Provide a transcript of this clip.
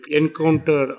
encounter